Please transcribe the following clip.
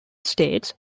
states